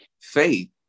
faith